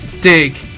dig